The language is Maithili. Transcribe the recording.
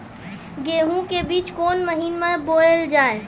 गेहूँ के बीच कोन महीन मे बोएल जाए?